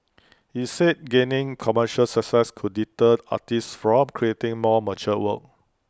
he said gaining commercial success could deter artists from creating more mature work